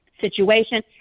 Situation